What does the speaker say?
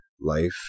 life